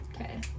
Okay